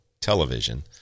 television